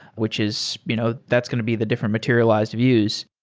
which is you know that's going to be the different materialized views.